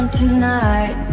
tonight